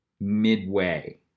midway